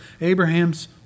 Abraham's